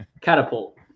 catapult